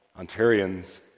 Ontarians